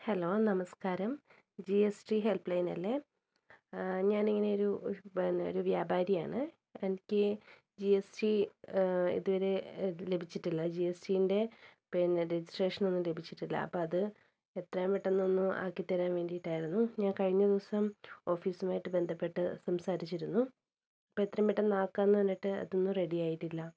hello നമസ്കാരം G S T helpline അല്ലേ ഞാൻ ഇങ്ങനെ ഒരു പിന്നെ ഒരു വ്യാപാരിയാണ് എനിക്ക് ജി എസ് ടി ഇതുവരെ ലഭിച്ചിട്ടില്ല ജിഎസ്റ്റീൻ്റെ പിന്നെ രജിസ്ട്രേഷനൊന്നും ലഭിച്ചിട്ടില്ല അപ്പം അത് എത്രയും പെട്ടെന്ന് ഒന്നു ആക്കിത്തരാൻ വേണ്ടിയിട്ടായിരുന്നു ഞാൻ കഴിഞ്ഞ ദിവസം ഓഫീസുമായിട്ട് ബന്ധപ്പെട്ട് സംസാരിച്ചിരുന്നു അപ്പം എത്രയും പെട്ടെന്ന് ആക്കാമെന്ന് പറഞ്ഞിട്ട് അതൊന്നും റെഡി ആയിട്ടില്ല